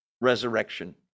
resurrection